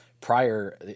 prior